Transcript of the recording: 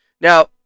Now